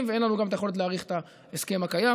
ואין לנו גם יכולת להאריך את ההסכם הקיים.